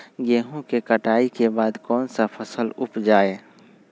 गेंहू के कटाई के बाद कौन सा फसल उप जाए?